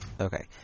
okay